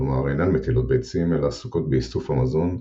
כלומר אינן מטילות ביצים אלא עסוקות באיסוף המזון,